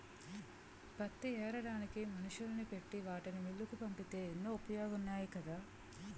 పత్తి ఏరడానికి మనుషుల్ని పెట్టి వాటిని మిల్లులకు పంపితే ఎన్నో ఉపయోగాలున్నాయి కదా